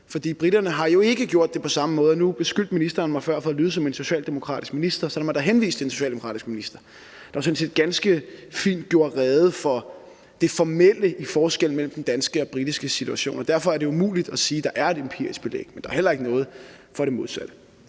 for briterne har jo ikke gjort det på samme måde. Nu blev jeg før beskyldt for at lyde som en socialdemokratisk minister, så lad mig da henvise til den socialdemokratiske minister, der jo sådan set ganske fint gjorde rede for det formelle i forskellen mellem den danske og britiske situation. Derfor er det umuligt at sige, at der er et empirisk belæg for det, men der er heller ikke noget for det modsatte.